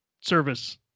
service